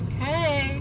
Okay